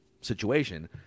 situation